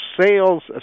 sales